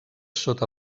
sota